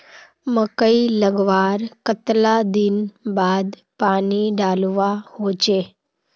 मकई लगवार कतला दिन बाद पानी डालुवा होचे?